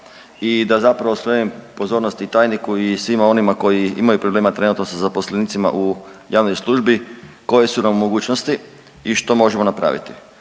i da zapravo skrenem pozornost i tajniku i svima onima koji imaju problema trenutno sa zaposlenicima u javnoj službi, koje su nam mogućnosti i što možemo napraviti.